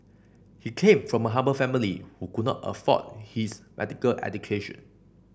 he came from a humble family who could not afford his medical education